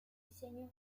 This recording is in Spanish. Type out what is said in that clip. diseño